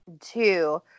Two